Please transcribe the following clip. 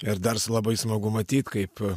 ir dar s labai smagu matyt kaip